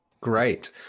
Great